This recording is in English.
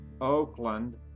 Oakland